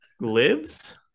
lives